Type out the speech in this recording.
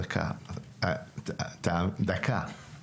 תצאו מהבית".